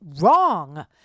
wrong